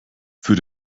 für